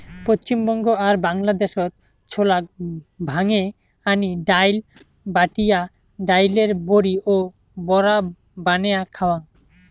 পশ্চিমবঙ্গ আর বাংলাদ্যাশত ছোলাক ভাঙে আনি ডাইল, বাটিয়া ডাইলের বড়ি ও বড়া বানেয়া খাওয়াং